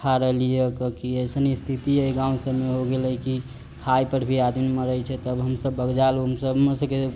खा रहलीय क की अइसन स्थिति एहि गाँव सबमे हो गेल है कि खाए पर भी आदमी मरै छै तब हमसब बगजाल हमसब हमरसबके